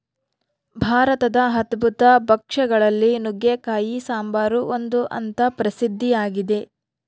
ಭಾರತದ ಅದ್ಭುತ ಭಕ್ಷ್ಯ ಗಳಲ್ಲಿ ನುಗ್ಗೆಕಾಯಿ ಸಾಂಬಾರು ಒಂದು ಅಂತ ಪ್ರಸಿದ್ಧ ಆಗಿದೆ